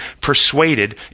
persuaded